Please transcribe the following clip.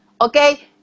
okay